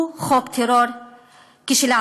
הוא חוק טרור כשלעצמו,